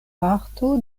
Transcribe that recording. parto